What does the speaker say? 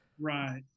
Right